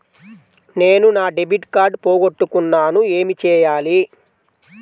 నేను నా debit card పోగొట్టుకున్నాను ఏమి చేయాలి?